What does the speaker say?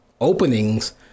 openings